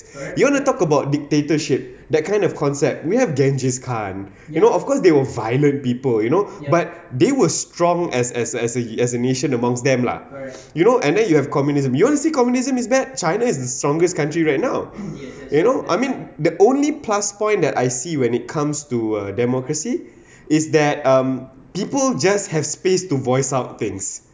you want to talk about dictatorship that kind of concept we have genghis khan you know of course they were violent people you know but they were strong as as as as a nation amongst them lah you know and then you have communism you wanna see communism is bad china is the strongest country right now you know I mean the only plus point that I see when it comes to a democracy is that um people just have space to voice out things